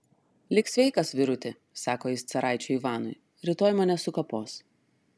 lik sveikas vyruti sako jis caraičiui ivanui rytoj mane sukapos